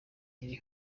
iri